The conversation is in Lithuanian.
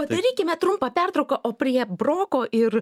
padarykime trumpą pertrauką o prie broko ir